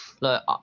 look